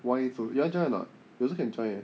wine so~ you want join or not you also can join eh